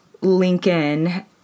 Lincoln